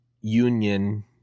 Union